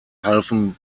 halfen